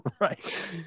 Right